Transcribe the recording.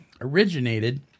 originated